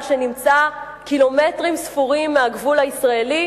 שנמצא קילומטרים ספורים מהגבול הישראלי?